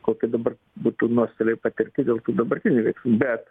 kokie dabar būtų nuostoliai patirti dėl tų dabartinių veiksmų bet